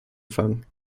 anfang